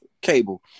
Cable